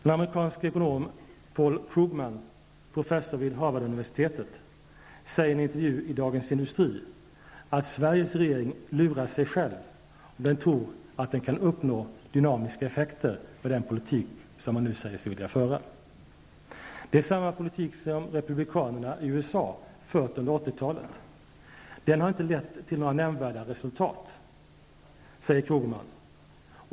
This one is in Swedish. En amerikansk ekonom, Paul Krugman, professor vid Harvarduniversitetet, säger i en intervju i Dagens Industri att Sveriges regering lurar sig själv om den tror att den kan uppnå dynamiska effekter med den politik som man nu säger sig vilja föra. Det är samma politik som republikanerna i USA har fört under 80-talet. Den har inte lett till några nämnvärda resultat, säger Krugman.